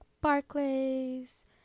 Barclays